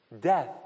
Death